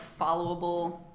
followable